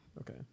Okay